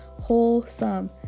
wholesome